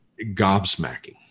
Gobsmacking